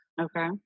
Okay